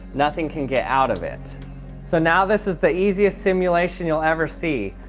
nothing can get out of it so now this is the easiest simulation you'll ever see.